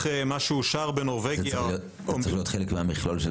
זה צריך להיות חלק מהמכלול.